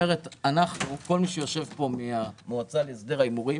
כל מי שיושב פה מן המועצה להסדר ההימורים